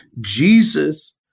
Jesus